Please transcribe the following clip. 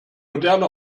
moderne